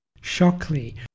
Shockley